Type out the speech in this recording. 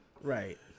Right